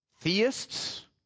theists